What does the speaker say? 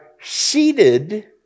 seated